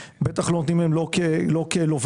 במרבית המקרים בהחלט ניתנה ההקלה של דירה